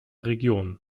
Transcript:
region